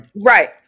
Right